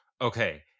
okay